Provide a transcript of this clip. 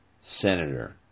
senator